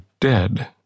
dead